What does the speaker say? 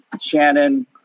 Shannon